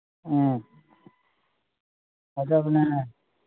ꯎꯝ ꯐꯖꯕꯅꯦ